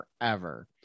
forever